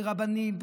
ברבנים,